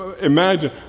imagine